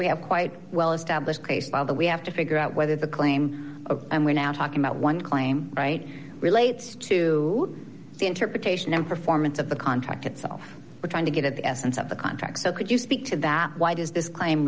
we have quite well established case file that we have to figure out whether the claim and we're now talking about one claim relates to the interpretation of performance of the contract itself we're trying to get at the essence of the contract so could you speak to that why does this claim